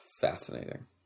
fascinating